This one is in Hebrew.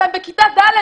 והם בכיתה ד',